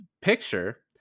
picture